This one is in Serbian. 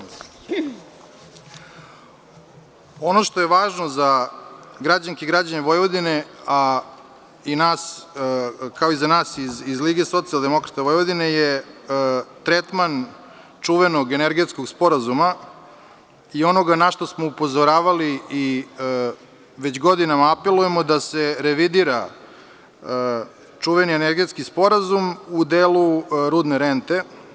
Ono što je važno za građanke i građane Vojvodine, kao i za nas iz LSDV je tretman čuvenog energetskog sporazuma i onoga na šta smo upozoravali i već godinama apelujemo da se revidira čuveni energetski sporazum u delu rudne rente.